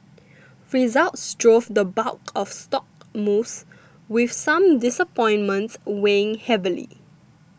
results drove the bulk of stock moves with some disappointments weighing heavily